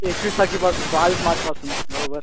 एकवीस तारखेपासून बावीस मार्चपासून बरोबर